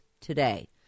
today